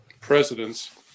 presidents